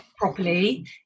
Properly